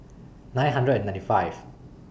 nine hundred and ninety five